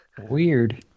Weird